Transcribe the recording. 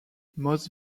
most